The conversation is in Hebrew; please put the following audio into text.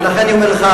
ולכן אני אומר לך,